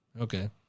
Okay